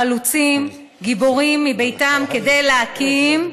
חלוצים, גיבורים מביתם כדי להקים,